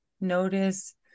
notice